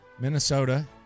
Minnesota